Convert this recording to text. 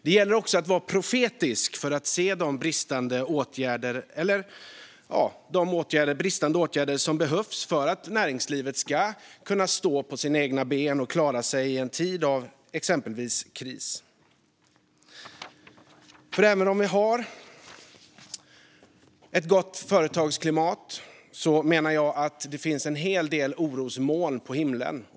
Det gäller också att vara profetisk för att se var det brister så att näringslivet kan få åtgärder vidtagna för att kunna stå på egna ben och klara sig i exempelvis en kris. Även om det råder ett gott företagsklimat menar jag att det finns en hel del orosmoln på himlen.